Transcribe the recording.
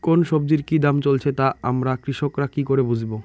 কোন সব্জির কি দাম চলছে তা আমরা কৃষক রা কি করে বুঝবো?